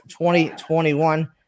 2021